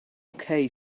okay